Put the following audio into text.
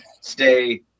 stay